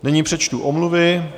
Nyní přečtu omluvy.